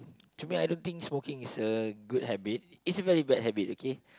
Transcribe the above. to me I don't think smoking is a good habit it's a very bad habit okay